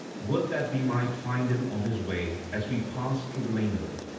would that we might find him on his way as we pass through the mainland!